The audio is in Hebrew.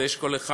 ויש כל אחד,